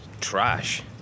trash